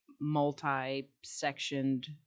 multi-sectioned